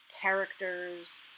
characters